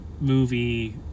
movie